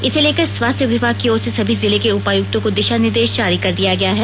इसे लेकर स्वास्थ्य विभाग की ओर से सभी जिले के उपायुक्तों को दिशा निर्देश जारी कर दिया गया है